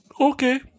Okay